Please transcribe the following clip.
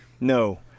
No